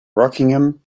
rockingham